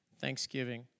thanksgiving